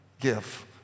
give